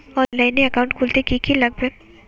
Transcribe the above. অনলাইনে একাউন্ট খুলতে কি কি লাগবে?